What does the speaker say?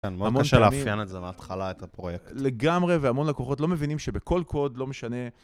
מאוד קשה לאפיין את זה מההתחלה, את הפרויקט. לגמרי, והמון לקוחות לא מבינים שבכל קוד לא משנה.